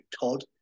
Todd